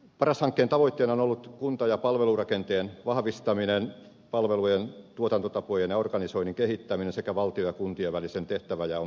paras hankkeen tavoitteena on ollut kunta ja palvelurakenteen vahvistaminen palvelujen tuotantotapojen ja organisoinnin kehittäminen sekä valtion ja kuntien välisen tehtävänjaon selkeyttäminen